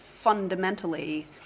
fundamentally